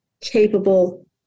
capable